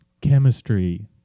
chemistry